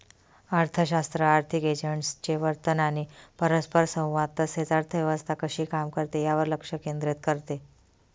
अर्थशास्त्र आर्थिक एजंट्सचे वर्तन आणि परस्परसंवाद तसेच अर्थव्यवस्था कशी काम करते यावर लक्ष केंद्रित करते